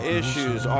issues